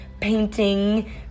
painting